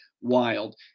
Wild